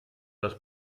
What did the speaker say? das